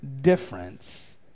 difference